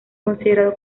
considerado